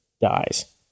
dies